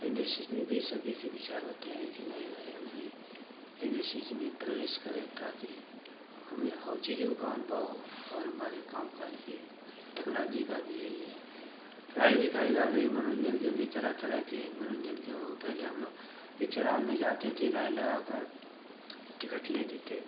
industries में भी सभी के विचार होते हैं कि नहीं भाई हम भी इंडस्ट्रीज़ में प्रवेश करें ताकि हमें और चीज़ों का अनुभव हो और हमारे काम काज भी बढ़े टेक्नोलॉजी का भी यही है पढ़ाई लिखाई का भी मनोरंजन के भी तरह तरह के मनोरंजन के हो पहले हम लोग पिक्चर हॉल में जाते थे लाइन लगा कर टिकट लेते थे